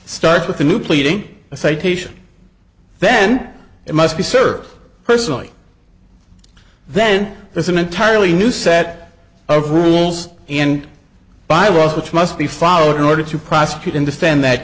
starts with a new pleading a citation then it must be served personally then there's an entirely new set of rules and bylaws which must be followed in order to prosecute and defend that